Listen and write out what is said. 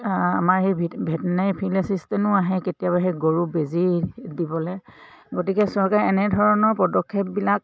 আমাৰ এই vet veterinary field এচিষ্টেণ্টো আহে কেতিয়াবা সেই গৰু বেজি দিবলৈ গতিকে চৰকাৰে এনেধৰণৰ পদক্ষেপবিলাক